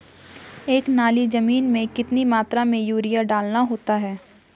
एक नाली जमीन में कितनी मात्रा में यूरिया डालना होता है?